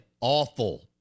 awful